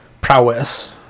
prowess